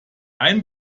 ein